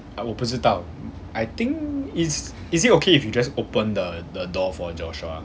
ah 我不知道 I think it's is it okay if you just open the the door for joshua